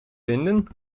vinden